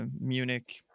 Munich